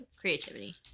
creativity